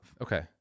Okay